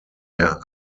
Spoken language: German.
der